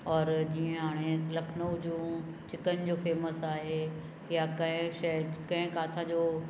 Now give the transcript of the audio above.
और जीअं हाणे लखनऊ जूं चिकन जो फेमस आहे या कंहिं शइ कंहिं काथां जो